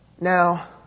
Now